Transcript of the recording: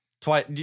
Twice